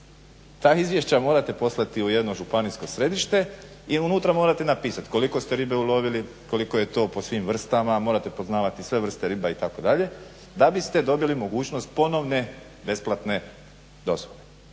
Ta izvješća morate poslati u jedno županijsko središte i unutra morate napisati koliko ste ribe ulovili, koliko je to po svim vrstama, morate poznavati sve vrste riba itd. da biste dobili mogućnost ponovne besplatne dozvole.